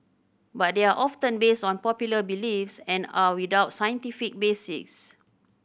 but they are often based on popular beliefs and are without scientific basis